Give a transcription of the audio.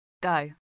Go